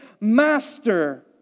Master